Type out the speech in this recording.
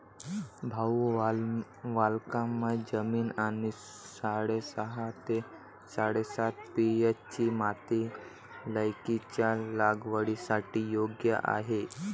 भाऊ वालुकामय जमीन आणि साडेसहा ते साडेसात पी.एच.ची माती लौकीच्या लागवडीसाठी योग्य आहे